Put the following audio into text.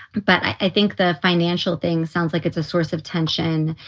but i think the financial thing sounds like it's a source of tension.